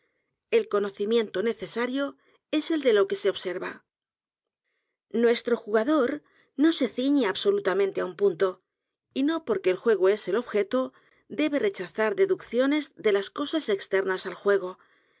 el conocimiento necesario es el de lo que se observa nuestro j u g a d o r no se ciñe absolutamente á un punto y no porque el juego es el objeto debe rechazar deducciones de las cosas externas al j